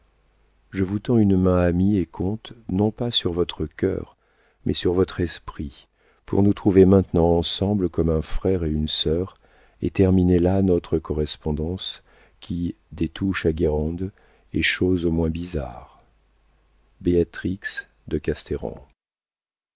je vous tends une main amie et compte non pas sur votre cœur mais sur votre esprit pour nous trouver maintenant ensemble comme un frère et une sœur et terminer là notre correspondance qui des touches à guérande est chose au moins bizarre béatrix de